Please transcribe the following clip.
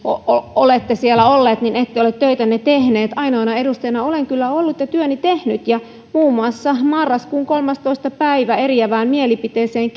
olette siellä olleet niin ette ole töitänne tehneet ainoana edustajana olen kyllä ollut ja työni tehnyt ja muun muassa marraskuun kolmastoista päivä eriävään mielipiteeseen